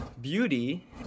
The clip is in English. beauty